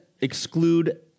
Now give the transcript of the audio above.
exclude